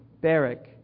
Barak